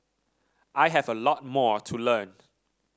I have a lot more to learn